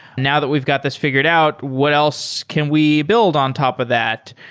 now that we've got this fi gured out, what else can we build on top of that?